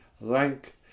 rank